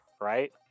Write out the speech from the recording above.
right